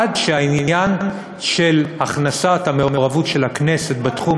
עד שהעניין של הכנסת המעורבות של הכנסת בתחום,